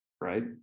right